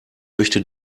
möchte